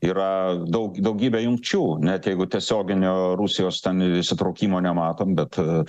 yra daug daugybė jungčių net jeigu tiesioginio rusijos ten įsitraukimo nematom bet